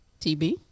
TB